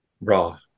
Raw